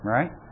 Right